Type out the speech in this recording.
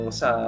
sa